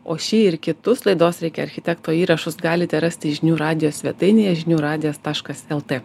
o šį ir kitus laidos reikia architekto įrašus galite rasti žinių radijo svetainėje žinių radijas taškas lt